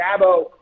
Dabo